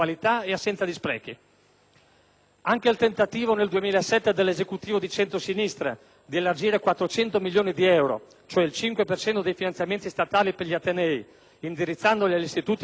Anche il tentativo nel 2007 dell'Esecutivo di centrosinistra di elargire 400 milioni di euro, cioè il 5 per cento dei finanziamenti statali per gli atenei, indirizzandoli agli istituti di maggiore qualità, è fallito.